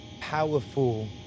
powerful